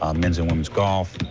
um men's and women's golf.